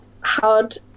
hard